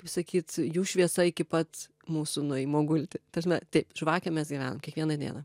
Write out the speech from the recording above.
kaip sakyt jų šviesa iki pat mūsų nuėjimo gulti ta sme taip žvakėm mes gyvenam kiekvieną dieną